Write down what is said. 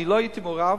אני לא הייתי מעורב.